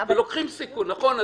נכון,